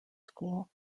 school